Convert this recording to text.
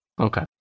Okay